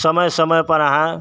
समय समयपर अहाँ